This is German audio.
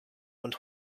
und